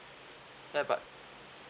ya but